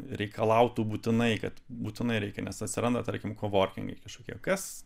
reikalautų būtinai kad būtinai reikia nes atsiranda tarkim kovorkingai kažkokie kas